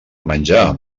menjar